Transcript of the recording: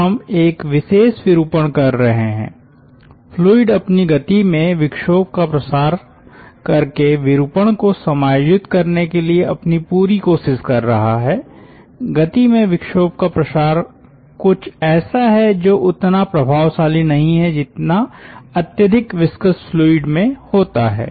तो हम एक विशेष विरूपण कर रहे हैं फ्लूइड अपनी गति में विक्षोभ का प्रसार करके विरूपण को समायोजित करने के लिए अपनी पूरी कोशिश कर रहा है गति में विक्षोभ का प्रसार कुछ ऐसा है जो उतना प्रभावशाली नहीं है जितना अत्यधिक विस्कस फ्लूइड में होता है